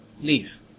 leave